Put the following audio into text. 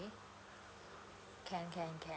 can can can